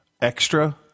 extra